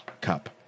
cup